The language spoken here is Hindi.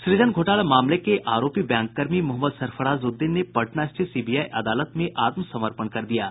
सुजन घोटाला मामले के आरोपी बैंक कर्मी मोहम्मद सरफराजउद्दीन ने पटना स्थित सीबीआई अदालत में आत्मसमपर्ण कर दिया है